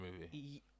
movie